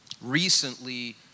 Recently